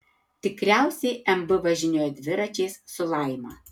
tikriausiai mb važinėjo dviračiais su laima